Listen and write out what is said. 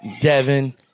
Devin